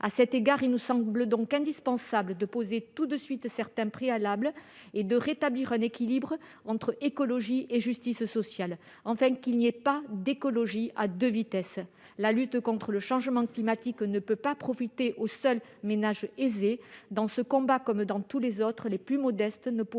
À cet égard, il nous semble indispensable de poser tout de suite certains préalables et de rétablir un équilibre entre écologie et justice sociale, afin qu'il n'y ait pas d'écologie à deux vitesses. La lutte contre le changement climatique ne peut pas bénéficier aux seuls ménages aisés. Dans ce combat, comme dans tous les autres, les plus modestes ne pourront pas